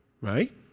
Right